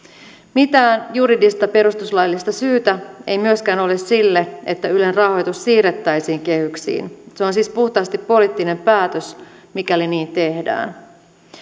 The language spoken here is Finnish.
mitään juridista perustuslaillista syytä ei myöskään ole sille että ylen rahoitus siirrettäisiin kehyksiin se on siis puhtaasti poliittinen päätös mikäli niin tehdään